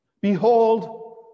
Behold